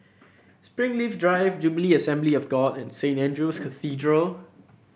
Springleaf Drive Jubilee Assembly of God and Saint Andrew's Cathedral